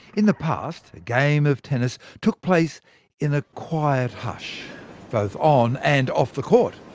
in the past, a game of tennis took place in a quiet hush both on and off the court.